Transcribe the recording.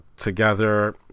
Together